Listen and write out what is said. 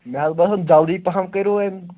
مےٚ حظ باسان جلدی پَہَم کٔرِو وۄنۍ